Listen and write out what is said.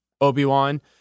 Obi-Wan